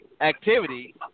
activity